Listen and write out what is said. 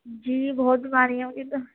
جی بہت بیماریاں ہوں گی تو